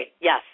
yes